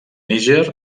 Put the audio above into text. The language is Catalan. níger